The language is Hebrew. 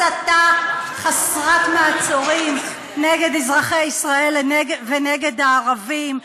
ובהסתה חסרת מעצורים נגד אזרחי ישראל ונגד הערבים.